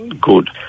good